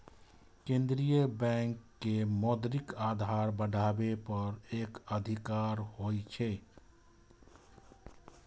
केंद्रीय बैंक के मौद्रिक आधार बढ़ाबै पर एकाधिकार होइ छै